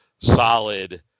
solid